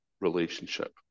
relationship